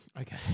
Okay